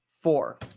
Four